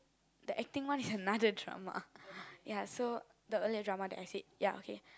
the acting one is another drama ya so the earlier drama that I said ya okay